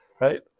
right